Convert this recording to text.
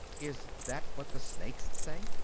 is that what the snakes say?